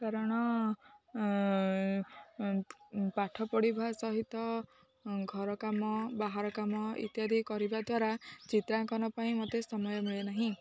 କାରଣ ପାଠ ପଢ଼ିବା ସହିତ ଘର କାମ ବାହାର କାମ ଇତ୍ୟାଦି କରିବା ଦ୍ୱାରା ଚିତ୍ରାଙ୍କନ ପାଇଁ ମତେ ସମୟ ମିଳେ ନାହିଁ